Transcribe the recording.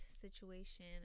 situation